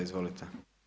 Izvolite.